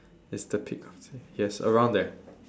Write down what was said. it's the peak yes around there